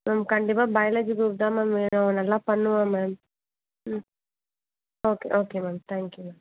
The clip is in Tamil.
மேம் கண்டிப்பாக பயாலஜி குரூப் தான் மேம் வேணும் அவன் நல்லா பண்ணுவான் மேம் ம் okay okay ma'am thank you ma'am